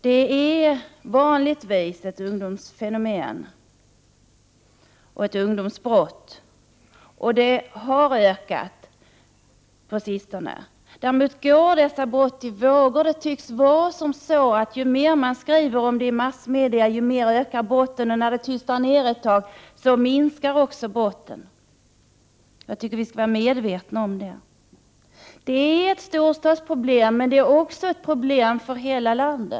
Det är vanligtvis ett ungdomsfenomen och ett ungdomsbrott, och det har ökat på sistone. Däremot går dess brott i vågor. Det tycks vara så, att ju mer som skrivs om det i massmedia, desto mer ökar brotten, och när det tystas ner minskar också brotten. Vi skall vara medvetna om det. Det är ett storstadsproblem, men det är också ett problem för hela landet.